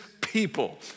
people